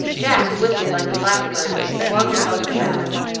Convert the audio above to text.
jack whistled like a blackbird as he swung and bumped about,